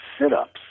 sit-ups